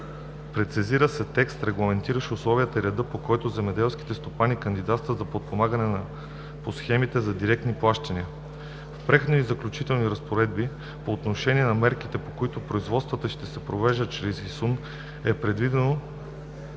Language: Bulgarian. Прецизира се текстът, регламентиращ условията и реда, по които земеделските стопани кандидатстват за подпомагане по схемите за директни плащания. В Преходните и заключителните разпоредби по отношение на мерките, по които производството ще се провежда чрез ИСУН, е предвидено,